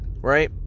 right